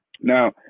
Now